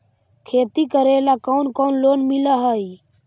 खेती करेला कौन कौन लोन मिल हइ?